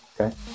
okay